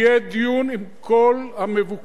יהיה דיון עם כל המבוקרים.